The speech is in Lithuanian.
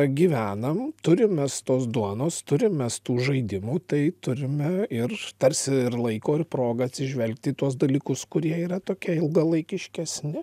gyvenam turim mes tos duonos turim mes tų žaidimų tai turime ir tarsi ir laiko ir progą atsižvelgti į tuos dalykus kurie yra tokie ilgalaikiškesni